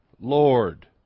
Lord